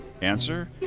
Answer